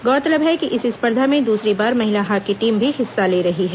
गौरतलब है कि इस स्पर्धा में दूसरी बार महिला हॉकी टीम भी हिस्सा ले रही है